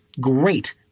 Great